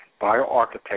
Bioarchitecture